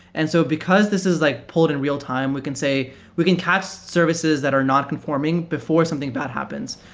and so because this is like pulled in real-time, we can say we can catch services that are nonconform ing before something bad happens.